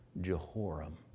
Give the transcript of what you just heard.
Jehoram